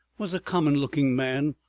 was a common-looking man,